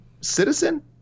citizen